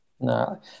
No